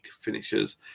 finishes